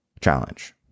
challenge